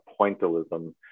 pointillism